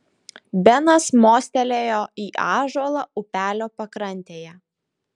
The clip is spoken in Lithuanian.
benas mostelėjo į ąžuolą upelio pakrantėje